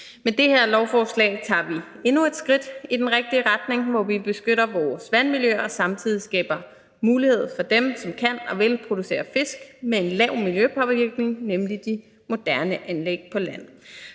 Med det her lovforslag tager vi endnu et skridt i den rigtige retning, hvor vi beskytter vores vandmiljø og samtidig skaber mulighed for dem, som kan og vil producere fisk med en lav miljøpåvirkning, nemlig de moderne anlæg på land.